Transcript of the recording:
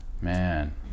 man